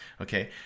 Okay